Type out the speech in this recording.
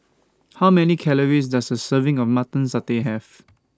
How Many Calories Does A Serving of Mutton Satay Have